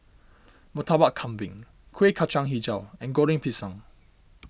Murtabak Kambing Kueh Kacang HiJau and Goreng Pisang